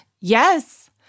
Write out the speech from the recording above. Yes